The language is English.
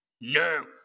No